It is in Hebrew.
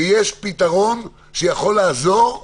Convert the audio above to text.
ויש פתרון שיכול לעזור.